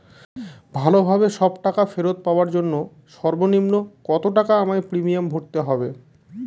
ভালোভাবে সব টাকা ফেরত পাওয়ার জন্য সর্বনিম্ন কতটাকা আমায় প্রিমিয়াম ভরতে হবে?